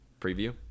Preview